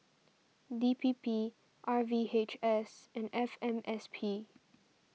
D P P R V H S and F M S P